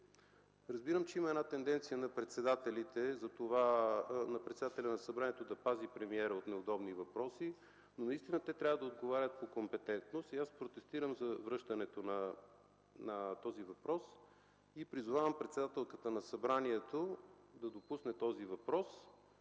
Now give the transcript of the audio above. Разбирам, че има една тенденция на председателя на Народното събрание да пази премиера от неудобни въпроси, но наистина те трябва да отговарят по компетентност. Аз протестирам за връщането на този въпрос и призовавам председателката на Събранието да го допусне, а също